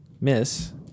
miss